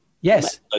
Yes